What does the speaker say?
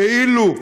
כאילו,